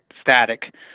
static